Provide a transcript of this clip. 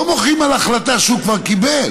לא מוחים על החלטה שהוא כבר קיבל.